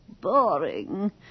Boring